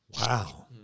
Wow